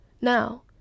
Now